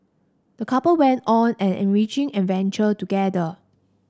the couple went on an enriching adventure together